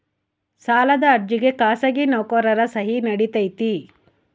ಸಾಲದ ಅರ್ಜಿಗೆ ಖಾಸಗಿ ನೌಕರರ ಸಹಿ ನಡಿತೈತಿ?